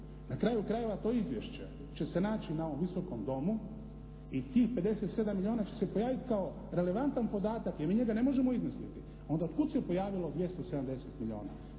Na kraju krajeva, to izvješće će se naći na ovom Visokom domu i tih 57 milijuna će se pojaviti kao relevantan podatak i mi njega ne možemo izmisliti. Onda, od kuda se pojavilo 270 milijuna.